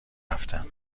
رفتم